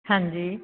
ਹਾਂਜੀ